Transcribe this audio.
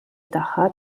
tagħha